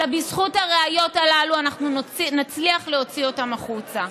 בזכות הראיות הללו אנחנו נצליח להוציא אותם החוצה.